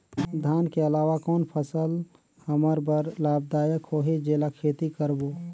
धान के अलावा कौन फसल हमर बर लाभदायक होही जेला खेती करबो?